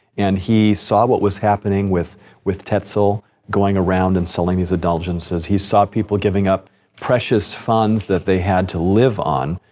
and he saw what was happening with with tetzel going around and selling these indulgences. he saw people giving up precious funds that they had to live on,